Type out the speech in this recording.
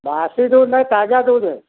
बासी दूध नहिन ताज़ा दूध है